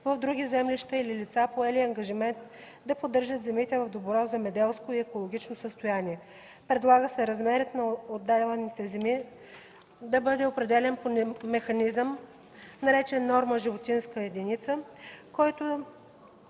в други землища или лица, поели ангажимент да поддържат земите в добро земеделско и екологично състояние. Предлага се размерът на отдаваните земи да бъде определян по механизъм, наречен „норма „животинска единица”, който